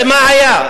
מה היה?